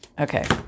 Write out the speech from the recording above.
Okay